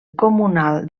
comunal